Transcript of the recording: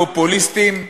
פופוליסטיים,